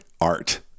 art